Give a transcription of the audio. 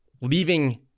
leaving